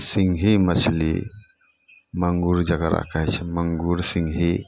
सिङ्गही मछली माङ्गुर जकरा कहै छिए माङ्गुर सिङ्गही